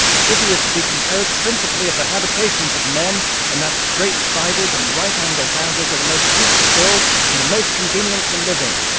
a city is to be composed principally of the habitations of men and that straight-sided and right-angled houses are the most cheap to build and the most convenient to live in.